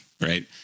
right